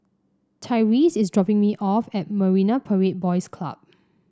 Tyreese is dropping me off at Marine Parade Boys Club